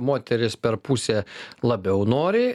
moteris per pusę labiau nori